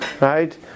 Right